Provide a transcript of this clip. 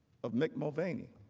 of mick mulvaney